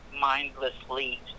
...mindlessly